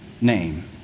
name